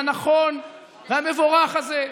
הנכון והמבורך הזה.